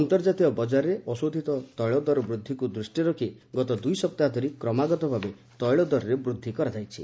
ଅନ୍ତର୍ଜାତୀୟ ବଜାରରେ ଅଶୋଧିତ ତୈଳ ଦର ବୃଦ୍ଧିକୁ ଦୂଷିରେ ରଖି ଗତ ଦୂଇ ସପ୍ତାହ ଧରି କ୍ରମାଗତ ଭାବେ ତୈଳ ଦରରେ ବୃଦ୍ଧି କରାଯାଇଛି